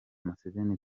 museveni